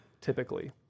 typically